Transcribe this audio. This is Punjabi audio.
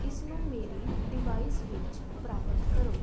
ਇਸ ਨੂੰ ਮੇਰੀ ਡਿਵਾਈਸ ਵਿੱਚ ਪ੍ਰਾਪਤ ਕਰੋ